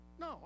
No